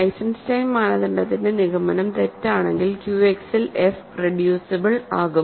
Eisenstein മാനദണ്ഡത്തിന്റെ നിഗമനം തെറ്റാണെങ്കിൽ ക്യുഎക്സിൽ f റെഡ്യൂസിബിൾ ആകും